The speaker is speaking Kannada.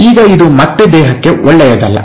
ಈಗ ಇದು ಮತ್ತೆ ದೇಹಕ್ಕೆ ಒಳ್ಳೆಯದಲ್ಲ